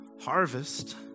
harvest